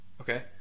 Okay